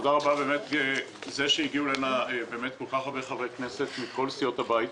ותודה רבה על כך שהגיעו לכאן כל כך הרבה חברי כנסת מכל סיעות הבית.